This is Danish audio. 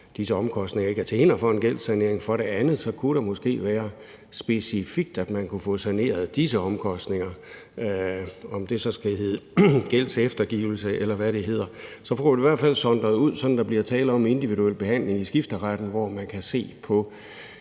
omkostninger ikke er til hinder for en gældssanering. Desuden kunne det måske være, at man specifikt kunne få saneret disse omkostninger, om det så skal hedde gældseftergivelse, eller det skal hedde noget andet – i hvert fald få sondret det ud, sådan at der bliver tale om individuel behandling i skifteretten, hvor man ser på